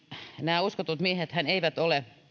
nämä uskotut miehethän eivät ole